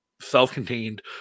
self-contained